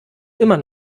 immer